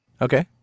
Okay